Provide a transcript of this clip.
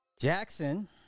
Jackson